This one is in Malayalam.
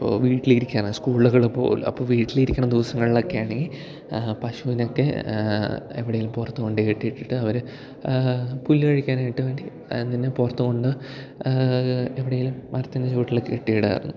ഇപ്പോൾ വീട്ടിലിരിക്കുകയാണ് സ്കൂളുകള് പോവില്ല അപ്പോൾ വീട്ടിലിരിക്കുന്ന ദിവസങ്ങളിലൊക്കെ ആണെങ്കിൽ പശുവിനൊക്കെ എവിടെയെങ്കിലും പുറത്ത് കൊണ്ടുപോയി കെട്ടിയിട്ടിട്ട് അവർ പുല്ല് കഴിക്കാനായിട്ട് വേണ്ടി അതിനെ പുറത്ത് കൊണ്ട് എവിടെയെങ്കിലും മരത്തിൻ്റെ ചോട്ടിലൊക്കെ കെട്ടിയിടുമായിരുന്നു